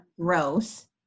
growth